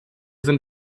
sind